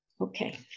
Okay